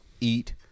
eat